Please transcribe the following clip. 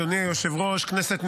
אדוני היושב-ראש, כנסת נכבדה,